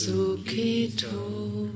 Sukito